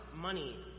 money